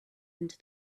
into